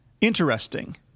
interesting